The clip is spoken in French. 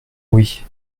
oui